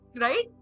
Right